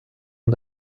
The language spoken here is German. und